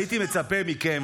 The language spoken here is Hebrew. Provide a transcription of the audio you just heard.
הייתי מצפה מכם,